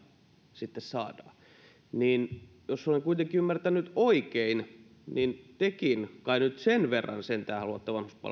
sitten saadaan jos olen kuitenkin ymmärtänyt oikein niin tekin kai nyt sen verran sentään haluatte vanhuspalveluita